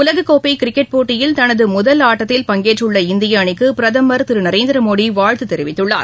உலகக் கோப்பை கிரிக்கெட் போட்டியில் தனது முதல் ஆட்டத்தில் பங்கேற்றுள்ள இந்திய அணிக்கு பிரதமர் திரு நரேந்திர மோடி வாழ்த்து தெரிவித்துள்ளார்